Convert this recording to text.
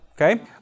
okay